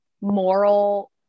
moral